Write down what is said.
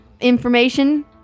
information